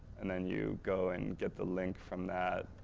and then you go and get the link from that.